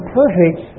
perfect